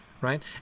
Right